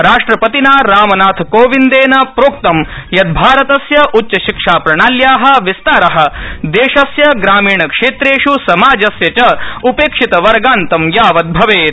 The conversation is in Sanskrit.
राष्ट्रपतिना रामनाथकोविन्देन प्रोक्तं यत् भारतस्य उच्च शिक्षाप्रणाल्या विस्तार देशस्य ग्रामीणक्षेत्रेष् समाजस्य च उपेक्षितवर्गान्तं यावत् भवेत